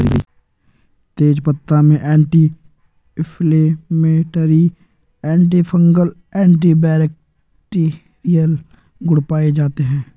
तेजपत्ता में anti inflammatory, antifungal, antibacterial गुण पाये जाते है